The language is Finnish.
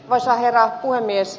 arvoisa herra puhemies